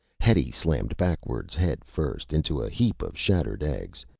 hetty slammed backwards headfirst into a heap of shattered eggs.